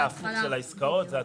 זה הצד ההפוך של העסקאות והתשומות,